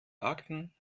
akten